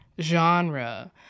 genre